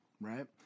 right